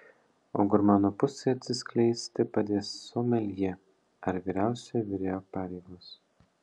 o gurmano pusei atsiskleisti padės someljė ar vyriausiojo virėjo pareigos